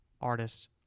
artist